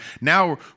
Now